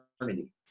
eternity